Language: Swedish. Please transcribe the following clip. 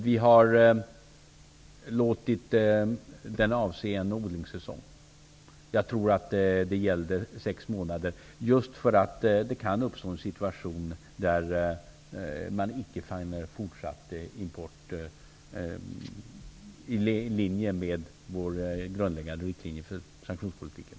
Vi har låtit den avse en odlingssäsong -- jag tror att det gäller sex månader -- just därför att det kan uppstå en situation då vi icke finner fortsatt import vara i överensstämmelse med våra grundläggande riktlinjer för sanktionspolitiken.